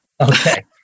Okay